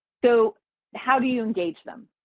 so how do you engage them?